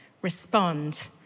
respond